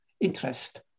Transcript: interest